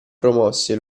promosse